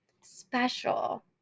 special